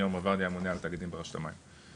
אני היום עבר לי המונה תאגיד ברשות המים.